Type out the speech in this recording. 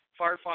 Firefox